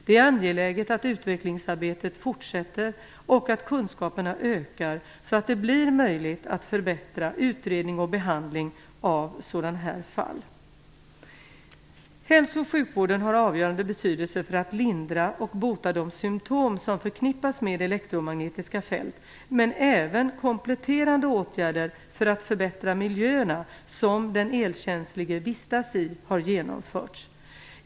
Det är angeläget att utvecklingsarbetet fortsätter och att kunskaperna ökar, så att det blir möjligt att förbättra utredning och behandling av sådana här fall. Hälso och sjukvården har avgörande betydelse för att lindra och bota de symtom som förknippas med elektromagnetiska fält, men även kompletterande åtgärder för att förbättra miljöerna som den elkänslige vistas i har genomförts.